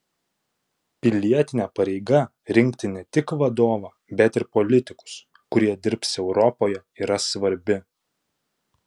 pilietinė pareiga rinkti ne tik vadovą bet ir politikus kurie dirbs europoje yra svarbi